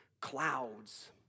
clouds